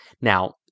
Now